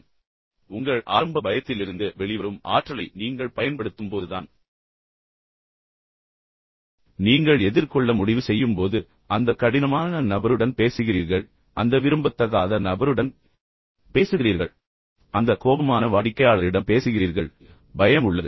இப்போது உங்கள் ஆரம்ப பயத்திலிருந்து வெளிவரும் ஆற்றலை நீங்கள் பயன்படுத்தும்போதுதான் நீங்கள் எதிர்கொள்ள முடிவு செய்யும் போது அந்த கடினமான நபருடன் பேசுகிறீர்கள் அந்த விரும்பத்தகாத நபருடன் பேசுகிறீர்கள் அந்த கோபமான வாடிக்கையாளரிடம் பேசுகிறீர்கள் பயம் உள்ளது